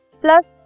plus